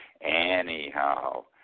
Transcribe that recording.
Anyhow